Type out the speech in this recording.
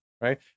Right